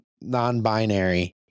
Non-binary